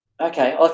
okay